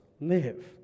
live